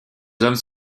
hommes